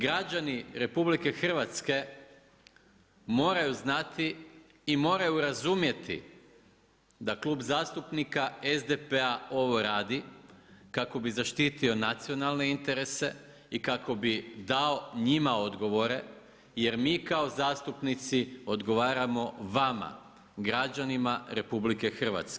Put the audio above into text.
Građani RH moraju znati i moraju razumjeti da Klub zastupnika SDP-a ovo radi kako bi zaštitio nacionalne interese i kako bi dao njima odgovore, jer mi kao zastupnici odgovaramo vama, građanima RH.